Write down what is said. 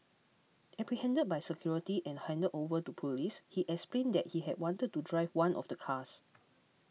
apprehended by security and handed over to police he explained that he had wanted to drive one of the cars